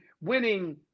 winning